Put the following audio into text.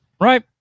Right